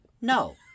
No